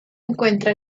encuentra